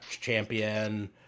Champion